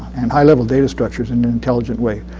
and high level data structures and intelligent way.